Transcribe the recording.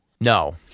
No